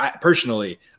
Personally